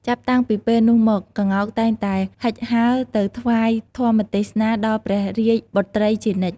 ចាប់តាំងពីពេលនោះមក ក្ងោកតែងតែហិចហើរទៅថ្វាយធម្មទេសនាដល់ព្រះរាជបុត្រីជានិច្ច ។